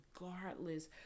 regardless